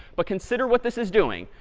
but consider what this is doing.